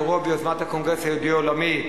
אירוע ביוזמת הקונגרס היהודי העולמי,